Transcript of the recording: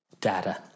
data